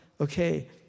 okay